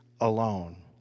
alone